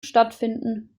stattfinden